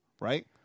right